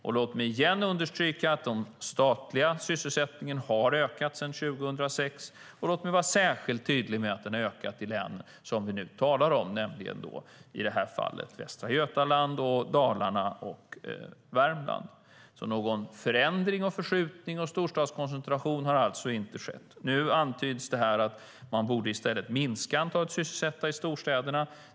Jag vill igen understryka att den statliga sysselsättningen har ökat sedan 2006, och låt mig vara särskilt tydlig med att den har ökat i de län som vi talar om i det här fallet, nämligen Västra Götaland, Dalarna och Värmland. Någon förändring, förskjutning och storstadskoncentration har alltså inte skett. Nu antyds det här att man i stället borde minska antalet sysselsatta i storstäderna.